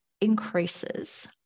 increases